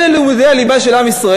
אלה הם לימודי הליבה של עם ישראל?